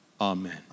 Amen